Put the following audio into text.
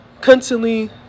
constantly